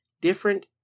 different